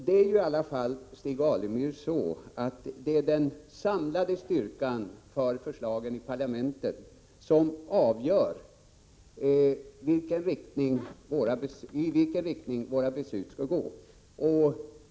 Det är i alla fall, Stig Alemyr, den samlade styrkan när det gäller förslagen i parlamentet som avgör i vilken riktning våra beslut skall gå.